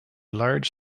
large